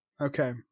Okay